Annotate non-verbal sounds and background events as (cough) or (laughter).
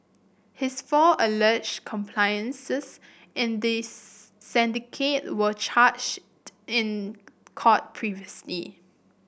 his four alleged accomplices in the (unintelligible) syndicate were charged in court previously